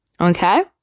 Okay